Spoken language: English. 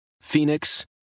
Phoenix